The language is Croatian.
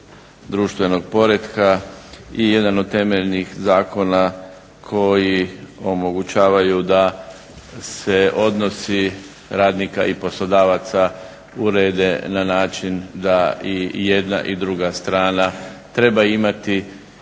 društvenog poretka i jedan od temeljnih zakona koji omogućavaju da se odnosi radnika i poslodavaca urede na način da i jedna i druga strana treba imati